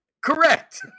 Correct